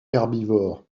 herbivore